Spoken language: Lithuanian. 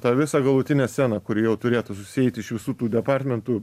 tą visą galutinę sceną kuri jau turėtų susieit iš visų tų departmentų